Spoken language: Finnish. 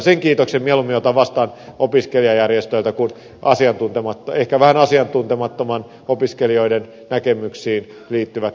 sen kiitoksen mieluummin otan vastaan opiskelijajärjestöiltä kuin ehkä vähän asiantuntemattomat opiskelijoiden näkemyksiin liittyvät kritiikit